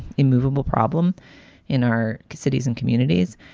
immoveable problem in our cities and communities.